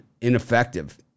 ineffective